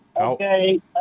Okay